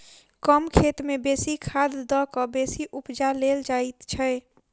कम खेत मे बेसी खाद द क बेसी उपजा लेल जाइत छै